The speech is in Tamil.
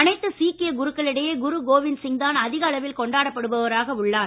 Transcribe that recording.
அனைத்து சீக்கிய குருக்களிடையே குரு கோவிந்த் சிங்தான் அதிக அளவில் கொண்டாடப்படுபவராக உள்ளார்